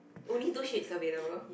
only two sheets available